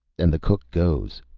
and the cook goes,